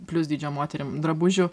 plius dydžio moterim drabužių